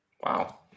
Wow